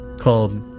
called